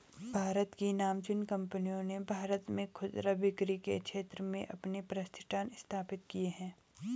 भारत की नामचीन कंपनियों ने भारत में खुदरा बिक्री के क्षेत्र में अपने प्रतिष्ठान स्थापित किए हैं